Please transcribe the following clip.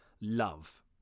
love